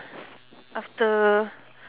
after